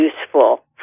useful